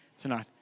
tonight